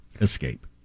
escape